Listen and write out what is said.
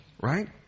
right